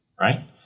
right